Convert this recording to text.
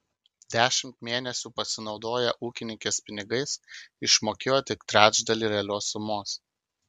dešimt mėnesių pasinaudoję ūkininkės pinigais išmokėjo tik trečdalį realios sumos